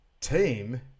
team